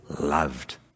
loved